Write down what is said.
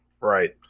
Right